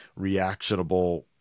reactionable